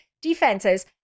defenses